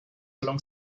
along